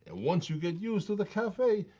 and once you get used to the cafe,